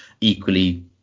equally